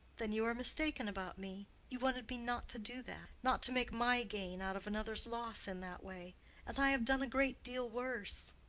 then you are mistaken about me. you wanted me not to do that not to make my gain out of another's loss in that way and i have done a great deal worse.